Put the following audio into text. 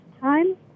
time